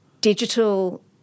digital